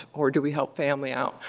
or do we help family out,